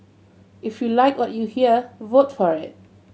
if you like what you hear vote for it